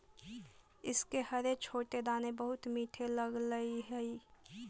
इसके हरे छोटे दाने बहुत मीठे लगअ हई